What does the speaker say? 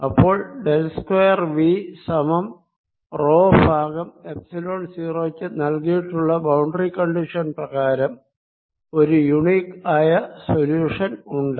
അപ്പോൾ del square V സമം rho ഭാഗം എപ്സിലോൺ 0 ക്ക് നൽകിയിട്ടുള്ള ബൌണ്ടറി കണ്ടിഷൻ പ്രകാരം ഒരു യൂണിക് ആയ സൊല്യൂഷൻ ഉണ്ട്